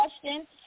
question